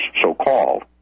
so-called